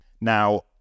Now